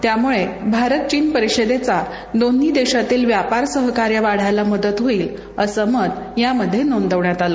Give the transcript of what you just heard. त्यामुळे भारत चीन परिषदेचा दोन्ही देशातील व्यापार वाढायला मदत होईल असं मत यामध्ये नोंदवण्यात आलं